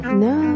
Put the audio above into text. no